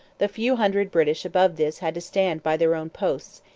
the few hundred british above this had to stand by their own posts,